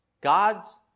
God's